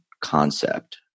concept